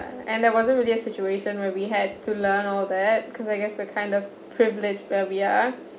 and there wasn't really a situation where we had to learn all that cause I guess we're kind of privilege where we are